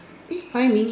eh five minute